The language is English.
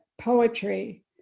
poetry